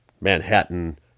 manhattan